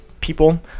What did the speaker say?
people